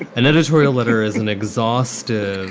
an editorial letter is an exhaustive,